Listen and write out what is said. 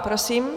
Prosím.